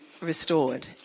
restored